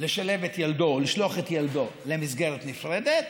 לשלוח את ילדו למסגרת נפרדת